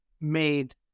made